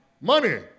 Money